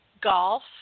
Golf